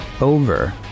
over